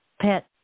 pet